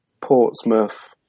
Portsmouth